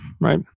right